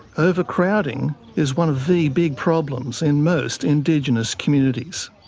overcrowding is one of the big problems in most indigenous communities.